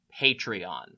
Patreon